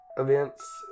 events